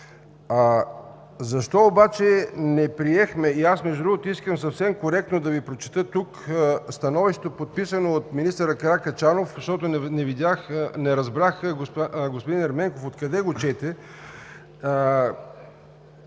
Защо обаче не приехме … Между другото, искам съвсем коректно да Ви прочета Становището, подписано от министър Каракачанов, защото не разбрах господин Ерменков откъде го чете.